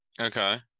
Okay